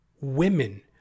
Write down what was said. women